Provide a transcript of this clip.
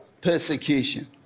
persecution